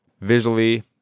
visually